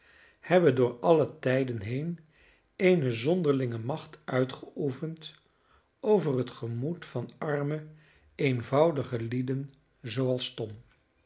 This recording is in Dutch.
hebben door alle tijden heen eene zonderlinge macht uitgeoefend over het gemoed van arme eenvoudige lieden zooals tom